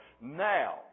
Now